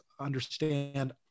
understand